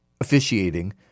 officiating